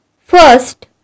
First